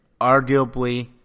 arguably